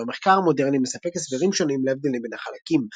ואילו המחקר המודרני מספק הסברים שונים להבדלים בין החלקים.